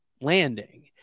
landing